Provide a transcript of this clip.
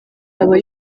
aba